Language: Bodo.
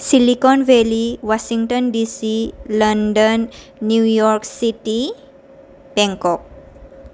चिलिकन Valley Washington DC London New York city Bangkok